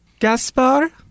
Gaspar